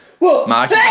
Mark